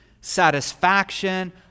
satisfaction